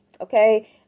okay